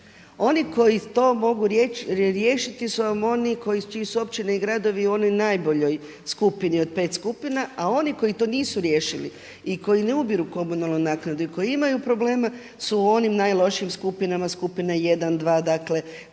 Oni koji to mogu riješiti su vam oni čiji su općine i gradovi u onoj najboljoj skupini od pet skupina, a oni koji to nisu riješili i koji ne ubiru komunalnu naknadu i koji imaju problema su oni u najlošijim skupinama, skupine jedan,